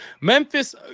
Memphis